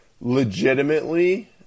legitimately